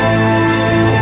and